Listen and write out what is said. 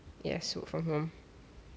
yes work from home